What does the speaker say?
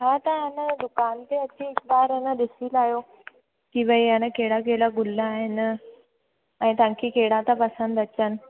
हा त तव्हां न दुकानु ते अची हिकु बार अञा ॾिसी लाहियो की भाई हाणे कहिड़ा कहिड़ा गुल आहिनि ऐं तव्हांखे कहिड़ा था पसंदि अचनि